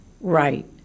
Right